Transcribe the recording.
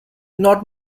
not